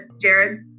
Jared